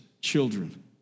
children